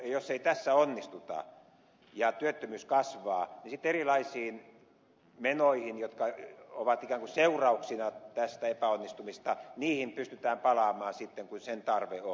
jos ei tässä onnistuta ja työttömyys kasvaa niin sitten erilaisiin menoihin jotka ovat ikään kuin seurauksina tästä epäonnistumisesta pystytään palaamaan sitten kun sen tarve on